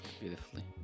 Beautifully